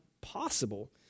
possible